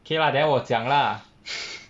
K lah then 我讲 lah